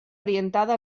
orientada